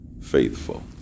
faithful